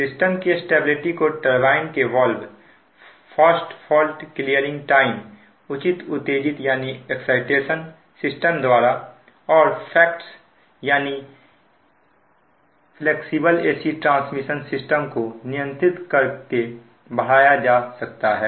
system की stability को turbine के valve fast fault clearing time उचित उत्तेजित सिस्टम द्वारा और FACTS यंत्र यानी फ्लेक्सिबल AC ट्रांसमिशन सिस्टम को नियंत्रित करके बढ़ाया जा सकता है